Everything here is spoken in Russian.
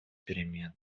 перемен